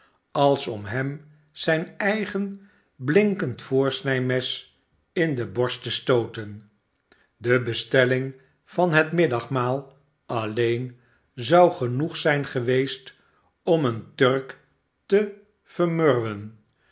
als om hem zijn eigen blinkend voorsnijmes in de borst te stooten de bestelling van het middagmaal alleen zou genoeg zijn geweest om een turk te vermurwen